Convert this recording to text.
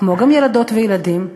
כמו גם ילדות וילדים,